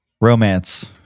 Romance